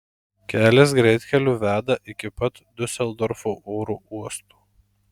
kelias greitkeliu veda iki pat diuseldorfo oro uosto